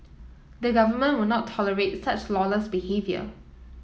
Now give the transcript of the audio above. the Government would not tolerate such lawless behaviour